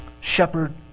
Shepherd